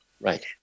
Right